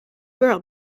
girl